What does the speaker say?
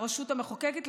הרשות המחוקקת,